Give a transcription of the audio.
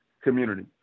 community